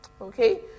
okay